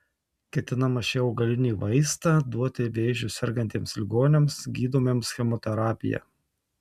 ketinama šį augalinį vaistą duoti vėžiu sergantiems ligoniams gydomiems chemoterapija